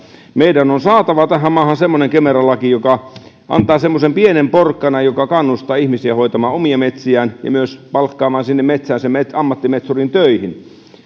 meidän on saatava tähän maahan semmoinen kemera laki joka antaa semmoisen pienen porkkanan joka kannustaa ihmisiä hoitamaan omia metsiään ja myös palkkaamaan sinne metsäänsä ammattimetsurin töihin